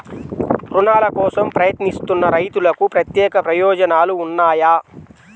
రుణాల కోసం ప్రయత్నిస్తున్న రైతులకు ప్రత్యేక ప్రయోజనాలు ఉన్నాయా?